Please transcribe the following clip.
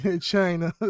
China